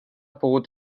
pogut